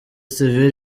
sivile